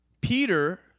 Peter